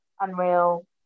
unreal